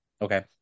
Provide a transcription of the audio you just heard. okay